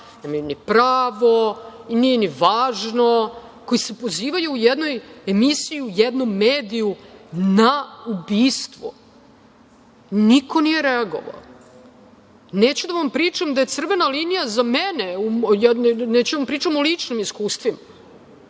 nemaju ni pravo, nije ni važno, koji se pozivaju u jednoj emisiji u jednom mediju na ubistvo. Niko nije reagovao. Neću da vam pričam da je crvena linija za mene, neću da vam pričam o ličnim iskustvima. Ljudi,